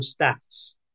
stats